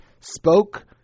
spoke